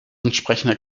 entsprechende